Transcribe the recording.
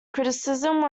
criticism